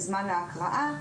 בזמן ההקראה: